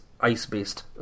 ice-based